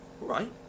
Right